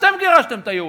אתם גירשתם את היהודים.